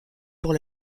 pour